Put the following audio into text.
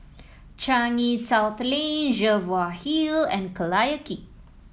Changi South Lane Jervois Hill and Collyer Quay